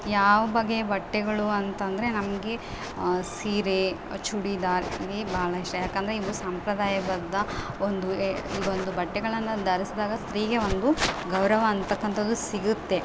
ಯಾವ ಬಗೆ ಬಟ್ಟೆಗಳು ಅಂತಂದರೆ ನಮಗೆ ಸೀರೆ ಚೂಡಿದಾರ್ ಏ ಭಾಳ ಇಷ್ಟ ಯಾಕಂದ್ರೆ ಇವು ಸಂಪ್ರದಾಯ ಬದ್ಧ ಒಂದು ಎ ಇವೊಂದು ಬಟ್ಟೆಗಳನ್ನು ಧರಿಸ್ದಾಗ ಸ್ತ್ರೀಗೆ ಒಂದು ಗೌರವಾಂತಕ್ಕಂಥದ್ದು ಸಿಗುತ್ತೆ